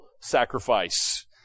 sacrifice